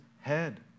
head